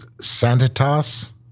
Sanitas